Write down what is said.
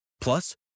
Plus